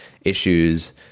issues